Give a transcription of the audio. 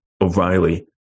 O'Reilly